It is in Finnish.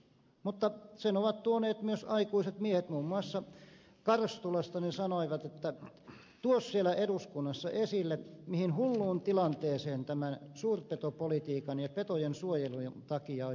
mutta sen ovat tuoneet esille myös aikuiset miehet muun muassa karstulasta he sanoivat että tuo siellä eduskunnassa esille mihin hulluun tilanteeseen tämän suurpetopolitiikan ja petojen suojelun takia on jouduttu